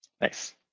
Nice